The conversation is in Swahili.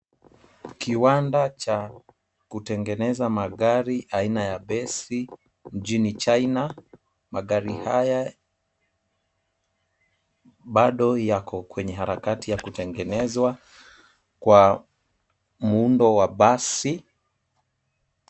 Kiwanda cha kutengeneza magari aina ya basi mjini China. Magari haya bado yako kwenye harakati ya kutengenezwa kwa muundo wa basi.